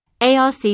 ARC